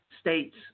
states